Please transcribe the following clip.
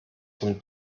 zum